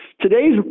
Today's